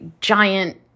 giant